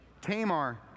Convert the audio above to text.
Tamar